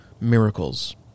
miracles